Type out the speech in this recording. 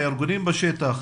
מארגונים בשטח,